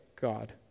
God